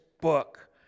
book